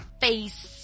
face